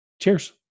Cheers